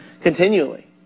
continually